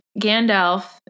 Gandalf